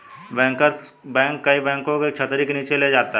bankers bank कई बैंकों को एक छतरी के नीचे ले जाता है